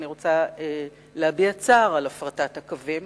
אני רוצה להביע צער על הפרטת הקווים.